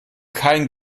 kein